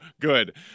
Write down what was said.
good